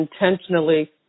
intentionally